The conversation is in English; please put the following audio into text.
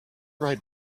write